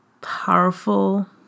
powerful